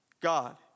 God